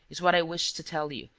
is what i wished to tell you,